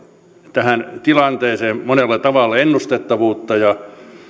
tähän tilanteeseen monella tavalla ennustettavuutta ja